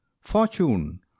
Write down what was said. Fortune